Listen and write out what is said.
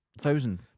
thousand